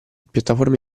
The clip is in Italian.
piattaforme